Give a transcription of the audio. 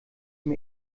dem